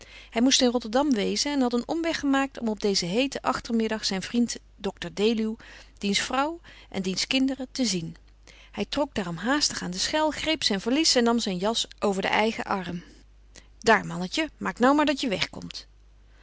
hij moest in rotterdam wezen en had een omweg gemaakt om op dezen heeten achtermiddag zijn vriend dr deluw diens vrouw en diens kinderen te zien hij trok daarom haastig aan de schel greep zijn valies en nam zijn jas over den eigen arm daar mannetje maak nou maar dat je wegkomt